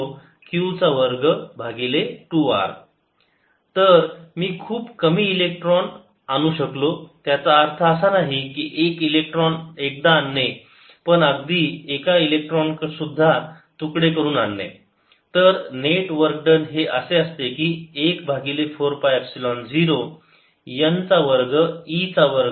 Total work donen0N 114π0ne2R14π0N2R V dq14π00QqRdq14π0Q22R तर मी खूप कमी असलेला इलेक्ट्रॉन आणू शकलो त्याचा अर्थ असा नाही की 1 इलेक्ट्रॉन एकदा आणणे पण अगदी एका इलेक्ट्रॉन सुद्धा तुकडे करून आणणे तर नेट वर्क डन हे असे असते की 1 भागिले 4 पाय एपसिलोन 0 n चा वर्ग e चा वर्ग भागिले 2 r